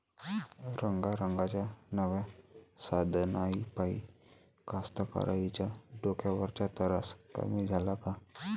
रंगारंगाच्या नव्या साधनाइपाई कास्तकाराइच्या डोक्यावरचा तरास कमी झाला का?